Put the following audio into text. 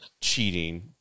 cheating